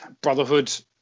brotherhood